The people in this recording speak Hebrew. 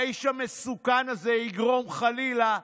האיש המסוכן הזה יגרום, חלילה,